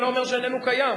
זה לא אומר שאיננו קיים.